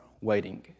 waiting